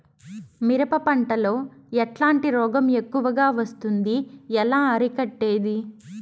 మిరప పంట లో ఎట్లాంటి రోగం ఎక్కువగా వస్తుంది? ఎలా అరికట్టేది?